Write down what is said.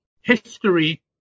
history